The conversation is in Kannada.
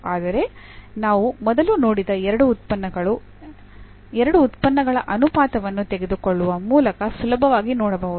ಆದರೆ ನಾವು ಮೊದಲು ನೋಡಿದ ಎರಡು ಉತ್ಪನ್ನಗಳು ಎರಡು ಉತ್ಪನ್ನಗಳ ಅನುಪಾತವನ್ನು ತೆಗೆದುಕೊಳ್ಳುವ ಮೂಲಕ ಸುಲಭವಾಗಿ ನೋಡಬಹುದು